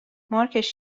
مارکش